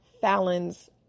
Fallon's